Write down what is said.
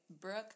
Brooke